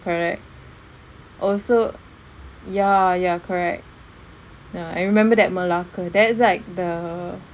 correct also ya ya correct ya I remembered that malacca that's like the